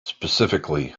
specifically